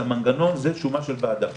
לא מתווכחים לגבי ה-150 מיליארד,